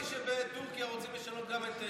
לא שמעתי שבטורקיה רוצים לשנות גם את,